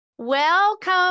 Welcome